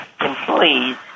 employees